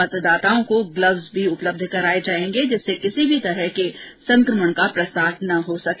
मतदाताओं को ग्लब्ज भी उपलबध कराये जायेगें जिससे किसी भी प्रकार का संकमण का प्रसार ना हो सके